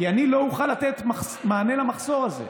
אני לא אוכל לתת מענה למחסור הזה.